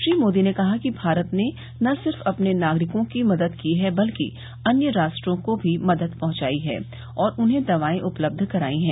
श्री मोदी ने कहा कि भारत ने न सिर्फ अपने नागरिकों की मदद की है बल्कि अन्य राष्ट्रों को भी मदद पहुंचाई है और उन्हें दवाएं उपलब्ध कराई हैं